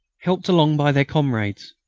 helped along by their comrades,